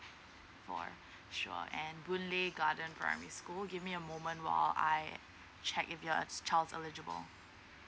four sure and boon lay garden primary school give me a moment while I check if your child is eligible